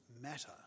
matter